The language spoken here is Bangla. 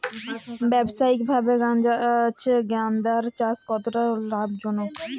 ব্যবসায়িকভাবে গাঁদার চাষ কতটা লাভজনক?